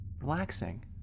relaxing